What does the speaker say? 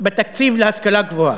בתקציב להשכלה גבוהה?